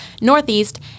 northeast